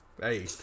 hey